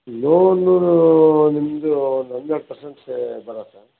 loan ನಿಮ್ಮದು ಒಂದು ಹನ್ನೆರಡು ಪರ್ಸೆಂಟ್ ಬರುತ್ತೆ